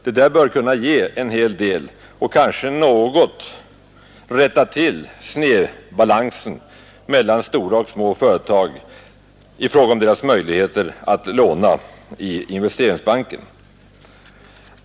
Det bör kunna ge en hel del och kanske något rätta till snedbalansen mellan stora och små företag i fråga om möjligheterna att låna i Investeringsbanken.